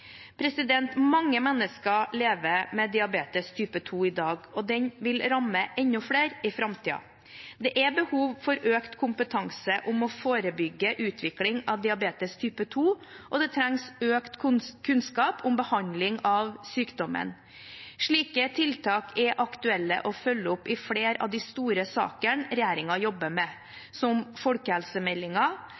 Mange mennesker lever med diabetes type 2 i dag, og det vil ramme enda flere i framtiden. Det er behov for økt kompetanse om å forebygge utvikling av diabetes type 2, og det trengs økt kunnskap om behandling av sykdommen. Slike tiltak er aktuelle å følge opp i flere av de store sakene regjeringen jobber med – som